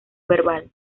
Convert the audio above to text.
verbal